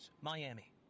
Miami